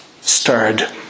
stirred